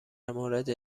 مورد